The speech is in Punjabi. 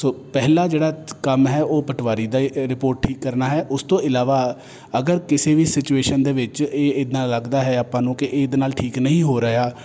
ਸੋ ਪਹਿਲਾ ਜਿਹੜਾ ਕੰਮ ਹੈ ਉਹ ਪਟਵਾਰੀ ਦਾ ਰਿਪੋਰਟ ਠੀਕ ਕਰਨਾ ਹੈ ਉਸ ਤੋਂ ਇਲਾਵਾ ਅਗਰ ਕਿਸੇ ਵੀ ਸਿਚੁਏਸ਼ਨ ਦੇ ਵਿੱਚ ਇਹ ਇਦਾਂ ਲੱਗਦਾ ਹੈ ਆਪਾਂ ਨੂੰ ਕਿ ਇਹਦੇ ਨਾਲ ਠੀਕ ਨਹੀਂ ਹੋ ਰਿਹਾ